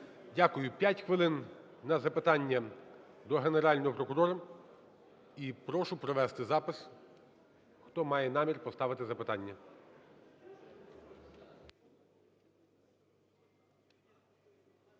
Дякую. П'ять хвилин на запитання до Генерального прокурора. І прошу провести запис, хто має намір поставити запитання.